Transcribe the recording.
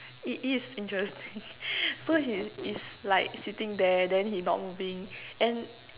it is interesting so he is like sitting there then he not moving and